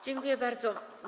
Dziękuję bardzo.